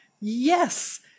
Yes